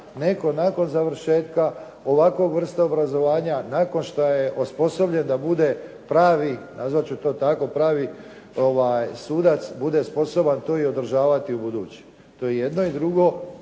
netko nakon završetka ovakve vrste obrazovanja, nakon što je osposobljen da bude pravi nazvat ću to tako pravi sudac bude sposoban to održavati ubuduće. To je jedno. I drugo,